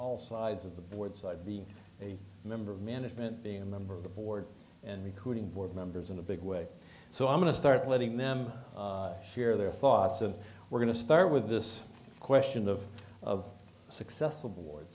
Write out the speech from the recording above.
all sides of the board so i'd be a member of management being a member of the board and recruiting board members in the big way so i'm going to start letting them share their thoughts of we're going to start with this question of of successful boards